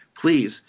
please